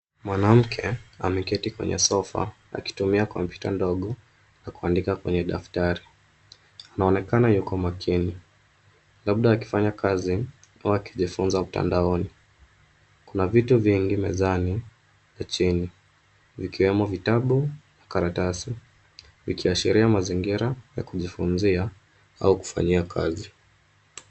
Mwanamke ameketi kwenye sofa, akitumia kompyuta ndogo na kuandika kwenye daftari. Anaonekana yuko makini labda akifanya kazi ama akijifunza mtandaoni. Kuna vitu vingi mezani na chini vikiwemo vitabu na karatasi, vikiashiria mazingira ya kujifunzia au kufanyia kazi.